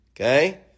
okay